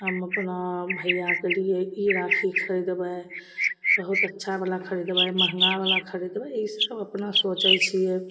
हम अपना भइआके लिए ई राखी खरिदबै बहुत अच्छावला खरिदबै महँगावला खरिदबै ईसब अपना सोचै छिए